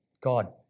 God